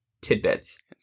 tidbits